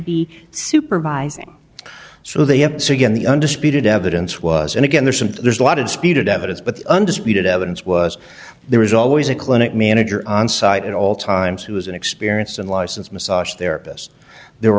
be supervising so they have to get the undisputed evidence was and again there's a there's a lot of speeded evidence but the undisputed evidence was there was always a clinic manager on site at all times who was an experienced and licensed massage therapist the